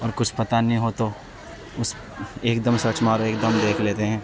اور کچھ پتا نہیں ہو تو اس ایک دم سرچ مارو ایک دم دیکھ لیتے ہیں